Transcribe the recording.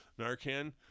NARCAN